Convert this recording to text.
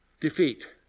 defeat